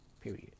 Period